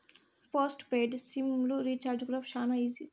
post paid sim లు recharge కూడా శానా ఈజీ